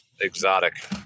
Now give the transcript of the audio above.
Exotic